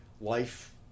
life